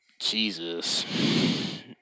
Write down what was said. Jesus